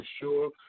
sure